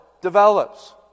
develops